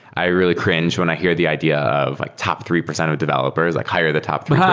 i really cringe when i hear the idea of like top three percent of developers, like hire the top three yeah